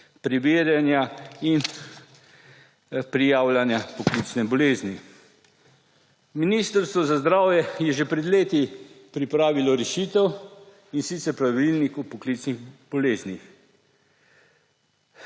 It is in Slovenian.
preverjanja in prijavljanja poklicne bolezni. Ministrstvo za zdravje je že pred leti pripravilo rešitev, in sicer pravilnik o poklicnih boleznih,